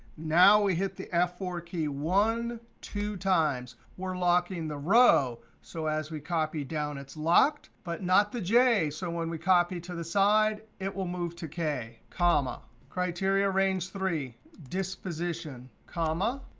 now we hit the f four key one, two times. we're locking the row so as we copy down it's locked, but not the j. so when we copy to the side it will move to k, comma. criteria range three. disposition, comma.